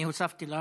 אני הוספתי לך,